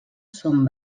són